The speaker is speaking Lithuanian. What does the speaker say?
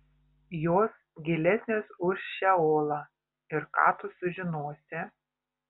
jos gilesnės už šeolą ir ką tu sužinosi